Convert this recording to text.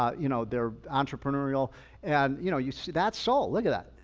um you know they're entrepreneurial and you know you see, that's seoul. look at that.